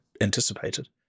anticipated